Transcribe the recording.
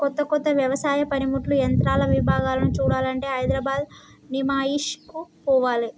కొత్త కొత్త వ్యవసాయ పనిముట్లు యంత్రాల విభాగాలను చూడాలంటే హైదరాబాద్ నిమాయిష్ కు పోవాలే